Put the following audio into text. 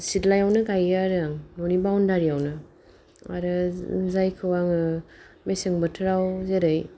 सिथलायावनो गायो आरो आं न'नि बाउनदारिआवनो आरो जायखौ आङो मेसें बोथोराव जेरै